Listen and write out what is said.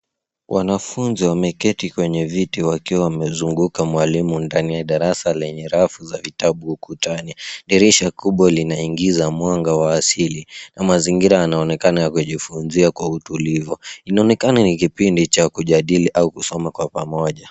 Wanafunzi wameketi kwenye viti wakiwa wamemzunguka mwalimu ndani ya darasa lenye rafu za vitabu ukutani. Dirisha kubwa linaingiza mwanga wa asili na mazingira yanaonekana ya kujifunzia kwa utulivu. Inaonekana ni kipindi cha kujadili au kusoma kwa pamoja.